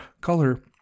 color